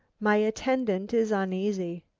my attendant is uneasy.